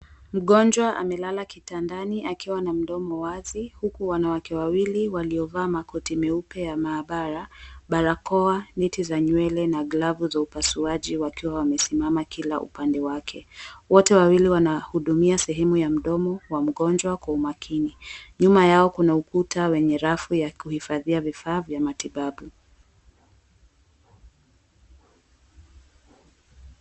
Mgonjwa amelala kitandani akiwa na mdomo wazi. Huku wanawake wawili, waliovaa makoti meupe ya maabara, barakoa, neti za nywele na glavu za upasuaji, wakiwa wamesimama kila upande wake. Wote wawili wanahudumia sehemu ya mdomo wa mgonjwa kwa umakini. Nyuma yao kuna ukuta wenye rafu ya kuhifadhia vifaa vya matibabu.